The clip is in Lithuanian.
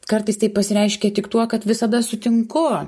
kartais tai pasireiškia tik tuo kad visada sutinku